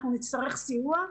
אנחנו נצטרך סיוע,